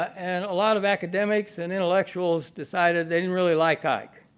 and a lot of academics, and intellectuals, decided they didn't really like ike.